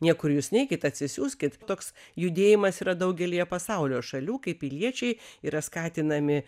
niekur jūs neikit atsisiųskit toks judėjimas yra daugelyje pasaulio šalių kai piliečiai yra skatinami